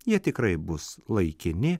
jie tikrai bus laikini